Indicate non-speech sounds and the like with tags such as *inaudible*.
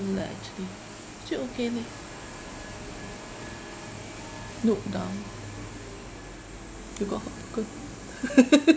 no lah actually actually okay leh look down look off *laughs*